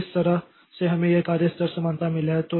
तो इस तरह से हमें यह कार्य स्तर समानता मिला है